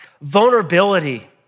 vulnerability